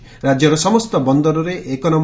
ରାକ୍ୟର ସମସ୍ତ ବନ୍ଦରରେ ଏକନମ୍